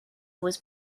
was